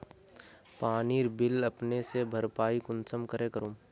पानीर बिल अपने से भरपाई कुंसम करे करूम?